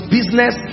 Business